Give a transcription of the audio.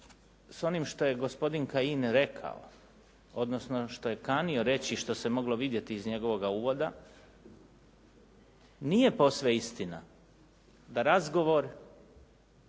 s onim što je gospodin Kajin rekao odnosno što je kanio reći i što se moglo vidjeti iz njegovoga uvoda nije posve istina da razgovor